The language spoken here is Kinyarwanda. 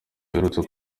aheruka